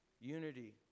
unity